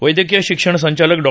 वैद्यकीय शिक्षण संचालक डॉ